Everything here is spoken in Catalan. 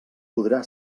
podrà